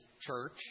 church